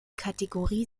kategorie